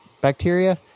bacteria